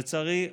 לצערי,